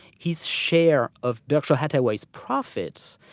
his share of berkshire hathaway's profits,